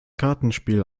kartenspiel